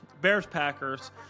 Bears-Packers